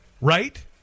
right